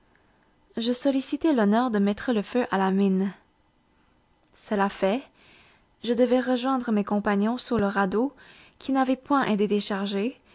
je sollicitai l'honneur de mettre le feu à la mine cela fait je devais rejoindre mes compagnons sur le radeau qui n'avait point été déchargé